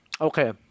Okay